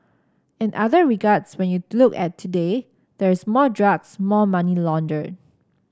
in other regards when you look at today there's more drugs more money laundered